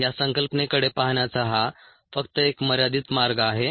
या संकल्पनेकडे पाहण्याचा हा फक्त एक मर्यादित मार्ग आहे